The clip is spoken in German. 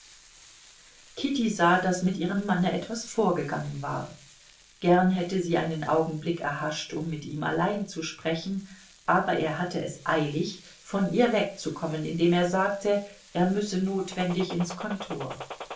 kitty sah daß mit ihrem manne etwas vorgegangen war gern hätte sie einen augenblick erhascht um mit ihm allein zu sprechen aber er hatte es eilig von ihr wegzukommen indem er sagte er müsse notwendig ins kontor